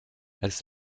als